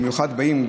במיוחד באים,